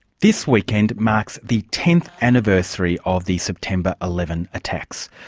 this weekend marks the tenth anniversary of the september eleven attacks.